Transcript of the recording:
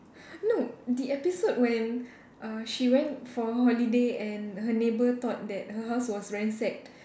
no the episode when uh she went for holiday and her neighbour thought that her house was ransacked